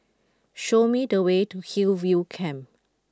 show me the way to Hillview Camp